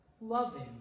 loving